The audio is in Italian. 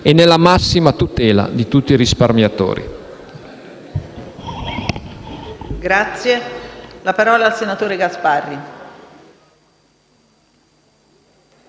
e nella massima tutela di tutti i risparmiatori.